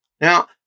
Now